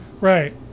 Right